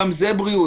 גם זה בריאות,